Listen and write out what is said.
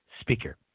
speaker